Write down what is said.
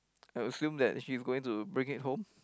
I assume that she's going to bring it home